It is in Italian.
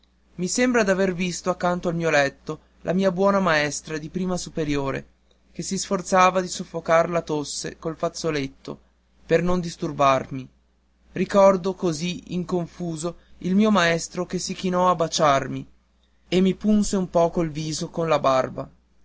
i sembra d'aver visto accanto al mio letto la mia buona maestra di prima superiore che si sforzava di soffocar la tosse col fazzoletto per non disturbarmi ricordo così in confuso il mio maestro che si chinò a baciarmi e mi punse un poco il viso con la barba